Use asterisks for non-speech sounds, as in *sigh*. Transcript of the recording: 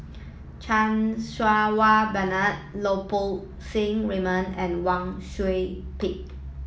Chan *unintelligible* Wah Bernard Lau Poo Seng Raymond and Wang Sui Pick